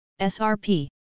SRP